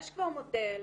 יש כבר מודל,